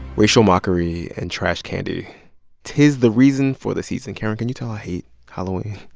racial mockery and trash candy tis the reason for the season. karen, can you tell i hate halloween?